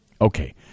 Okay